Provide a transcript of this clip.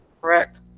Correct